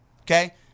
okay